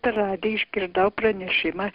per radiją išgirdau pranešimą